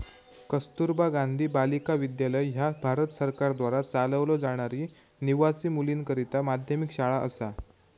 कस्तुरबा गांधी बालिका विद्यालय ह्या भारत सरकारद्वारा चालवलो जाणारी निवासी मुलींकरता माध्यमिक शाळा असा